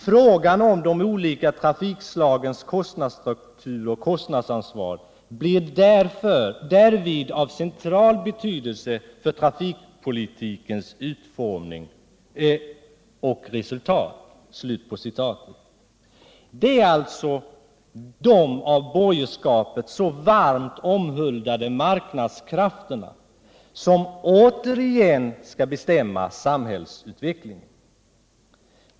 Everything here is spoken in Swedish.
Frågan om de olika trafikslagens kostnadsstruktur och kostnadsansvar blir därvid av central betydelse för trafikpolitikens utformning och resultat.” Det är alltså de av borgerskapet så varmt omhuldade marknadskrafterna som återigen skall bestämma sam hällsutvecklingen.